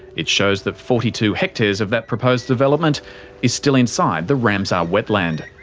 it shows that forty two hectares of that proposed development is still inside the ramsar wetland.